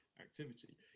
activity